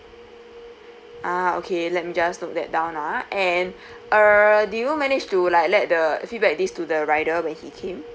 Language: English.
ah okay let me just note that down ah and uh do you manage to like let the feedback this to the rider when he came